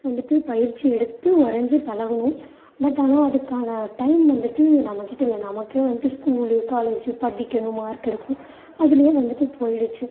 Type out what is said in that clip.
வந்துவிட்டு பயிற்சி எடுத்து வரைஞ்சி பழகணும் பட் ஆனால் அதுக்கான டைம் வந்துவிட்டு நம்ம கிட்டே இல்லை நமக்கே வந்துட்டு ஸ்கூலு காலேஜு படிக்கணும் மார்க் எடுக்கணும் அதுலேயே வந்துவிட்டு போய்டுச்சு